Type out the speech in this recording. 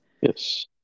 Yes